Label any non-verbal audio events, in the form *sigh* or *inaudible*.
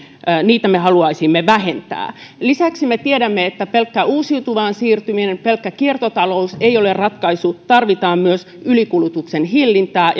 niitä me haluaisimme vähentää lisäksi me tiedämme että pelkkä uusiutuvaan siirtyminen pelkkä kiertotalous ei ole ratkaisu tarvitaan myös ylikulutuksen hillintää *unintelligible*